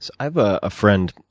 so i have ah a friend,